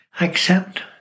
accept